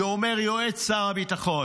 אומר את זה יועץ שר הביטחון.